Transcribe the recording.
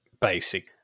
basic